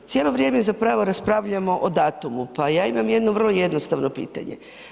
Cijelo vrijeme zapravo raspravljamo o datumu pa ja imam vrlo jednostavno pitanje.